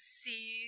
see